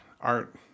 Art